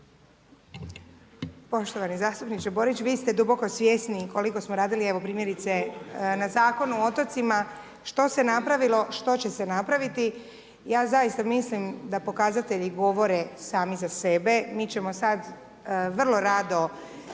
Poštovani zastupniče Borić vi ste duboko svjesni koliko smo radili primjerice na Zakonu o otocima, što se napravilo, što će se napraviti, ja zaista mislim da pokazatelji govore sami za sebe. Mi ćemo sad, vrlo rado